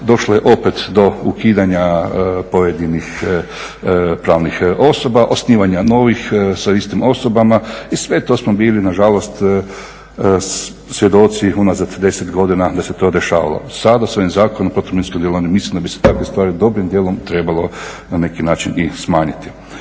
došlo je opet do ukidanja pojedinih pravnih osoba, osnivanja novih sa istim osobama i sve to smo bili nažalost svjedoci unazad 10 godina da se to dešavalo. Sada ovim Zakonom o protuminskom djelovanju mislim da bi se takve stvari dobrim dijelom trebalo na neki način i smanjiti.